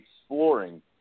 exploring